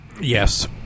yes